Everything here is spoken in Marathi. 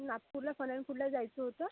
नागपूरला फन अँड फूडला जायचं होतं